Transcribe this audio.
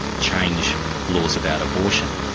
change laws about abortion,